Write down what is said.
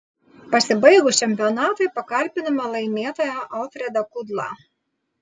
pasibaigus čempionatui pakalbinome laimėtoją alfredą kudlą